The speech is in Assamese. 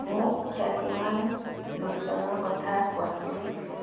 মোক খ্যাতিমান লোকজনৰ কথা কোৱাচোন